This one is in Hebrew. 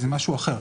זה משהו אחר.